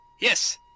Yes